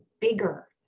bigger